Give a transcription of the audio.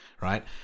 right